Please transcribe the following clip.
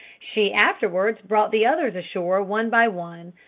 she afterwards brought the others ashore one by one,